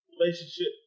relationship